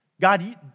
God